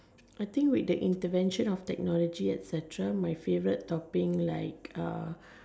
I think with the intervention of technology etcetera my favorite topping like uh